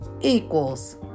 equals